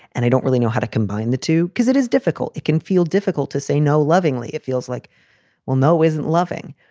and i don't really know how to combine the two because it is difficult. it can feel difficult to say no lovingly. it feels like we'll know isn't loving.